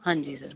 ਹਾਂਜੀ ਸਰ